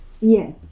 Yes